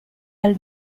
dal